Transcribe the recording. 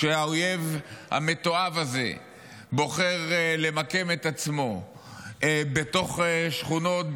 כשהאויב המתועב הזה בוחר למקם את עצמו בתוך שכונות,